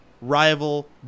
rival